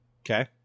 okay